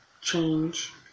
change